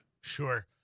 Sure